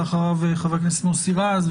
אחריו חבר הכנסת מוסי רז,